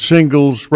Singles